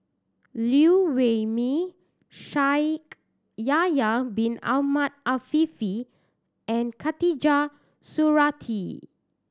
Liew Wee Mee Shaikh Yahya Bin Ahmed Afifi and Khatijah Surattee